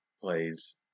plays